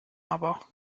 aber